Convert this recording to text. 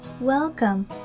welcome